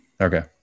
Okay